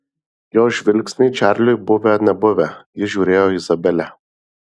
jos žvilgsniai čarliui buvę nebuvę jis žiūrėjo į izabelę